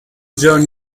join